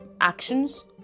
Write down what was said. actions